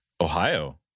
Ohio